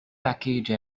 package